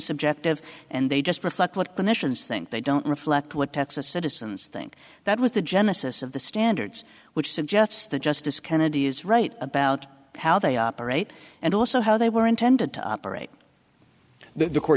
subjective and they just reflect what clinicians think they don't reflect what texas citizens think that was the genesis of the standards which suggests that justice kennedy is right about how they operate and also how they were intended to operate th